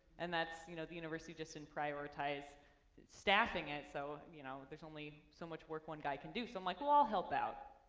and that's you know the university just didn't prioritize staffing it, so you know there's only so much work one guy can do. so i'm, like, well, i'll help out.